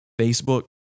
Facebook